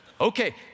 Okay